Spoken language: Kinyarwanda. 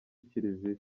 kiliziya